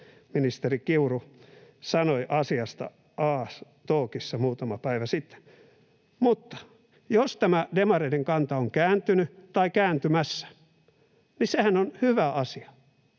ministeri Kiuru sanoi asiasta A-talkissa muutama päivä sitten. Mutta jos tämä demareiden kanta on kääntynyt tai kääntymässä, niin sehän on hyvä asia.